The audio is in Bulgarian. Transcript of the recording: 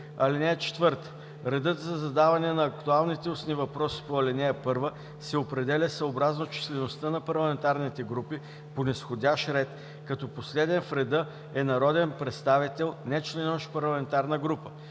устни въпроси. (4) Редът за задаване на актуалните устни въпроси по ал. 1 се определя съобразно числеността на парламентарните групи по низходящ ред, като последен в реда е народен представител, нечленуващ в парламентарна група.